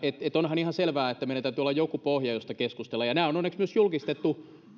onhan ihan selvää että meillä täytyy olla joku pohja josta keskustella ja nämä on onneksi myös julkistettu